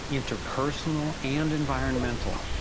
interpersonal and environmental,